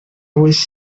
was